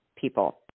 people